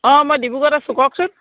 অঁ মই ডিব্ৰুগড়ত আছোঁ কওকচোন